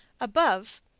above,